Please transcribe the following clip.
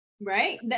Right